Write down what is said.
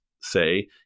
say